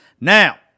Now